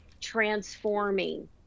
transforming